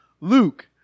Luke